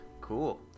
Cool